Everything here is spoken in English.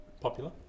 Popular